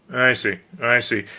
i see, i see.